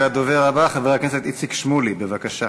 הדובר הבא, חבר הכנסת איציק שמולי, בבקשה.